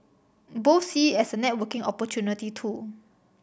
both see it as a networking opportunity too